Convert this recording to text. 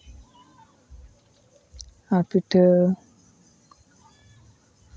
ᱟᱨ ᱯᱤᱴᱷᱟᱹ